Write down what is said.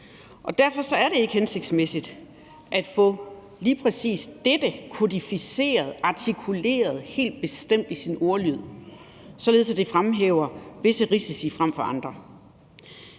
Derfor er det ikke hensigtsmæssigt at få lige præcis dette kodificeret, artikuleret helt bestemt i sin ordlyd, således at det fremhæver visse risici frem for andre.